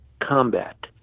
combat